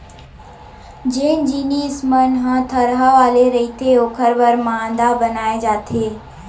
जेन जिनिस मन ह थरहा वाले रहिथे ओखर बर मांदा बनाए जाथे